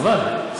חבל.